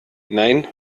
nein